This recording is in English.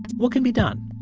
what can be done?